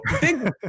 big